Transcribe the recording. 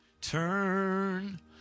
Turn